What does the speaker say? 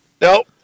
Nope